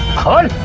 call